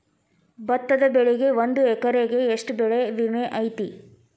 ಭತ್ತದ ಬೆಳಿಗೆ ಒಂದು ಎಕರೆಗೆ ಎಷ್ಟ ಬೆಳೆ ವಿಮೆ ಐತಿ?